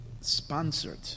sponsored